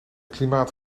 klimaat